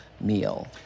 meal